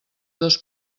dos